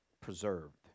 preserved